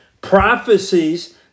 prophecies